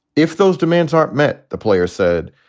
if those demands are met, the players said,